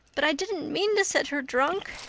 but i didn't mean to set her drunk.